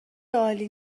عالی